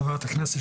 חברת הכנסת,